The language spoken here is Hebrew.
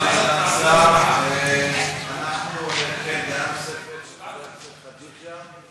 אני מבקש להעביר לוועדת העבודה והרווחה.